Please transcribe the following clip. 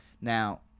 Now